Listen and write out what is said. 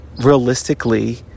realistically